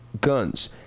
guns